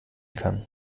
kann